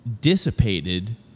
dissipated